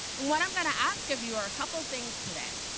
what i'm going to ask of you are a couple things today.